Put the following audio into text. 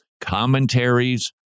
commentaries